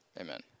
Amen